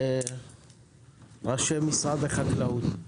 וראשי משרד החקלאות.